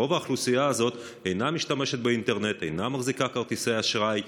רוב האוכלוסייה הזאת אינה משתמשת באינטרנט ואינה מחזיקה כרטיס אשראי,